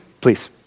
Please